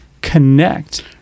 connect